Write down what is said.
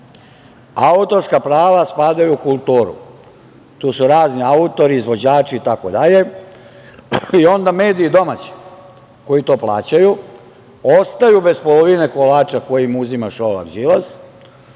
Autorska prava spadaju u kulturu. Tu su razni autori, izvođači itd. onda domaći mediji koji to plaćaju ostaju bez polovine kolača koje im uzima Šolak i